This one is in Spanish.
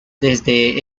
desde